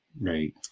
Right